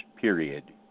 period